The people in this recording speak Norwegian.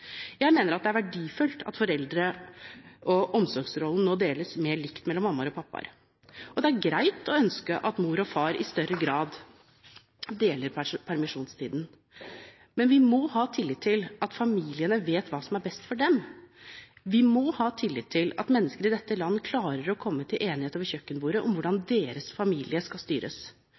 Jeg mener at det er verdifullt at foreldre- og omsorgsrollen nå deles mer likt mellom mammaer og pappaer, og det er greit å ønske at mor og far i større grad deler permisjonstiden. Men vi må ha tillit til at familiene vet hva som er best for dem. Vi må ha tillit til at mennesker i dette land klarer å komme til enighet over kjøkkenbordet om hvordan deres familie skal styres.